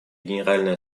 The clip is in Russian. генеральной